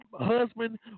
husband